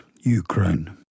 Ukraine